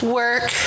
work